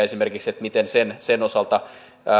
esimerkiksi matkamuistomyynnin osalta